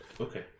Okay